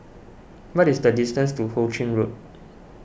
what is the distance to Ho Ching Road